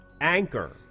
Anchor